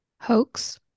hoax